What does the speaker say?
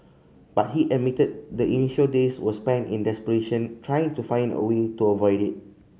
but he admitted the initial days were spent in desperation trying to find a way to avoid it